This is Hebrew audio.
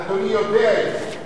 אדוני יודע את זה.